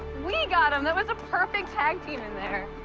we got him. that was a perfect tag team in there.